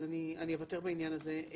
אבל אני אוותר בעניין הזה.